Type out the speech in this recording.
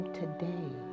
today